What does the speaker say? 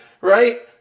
Right